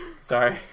Sorry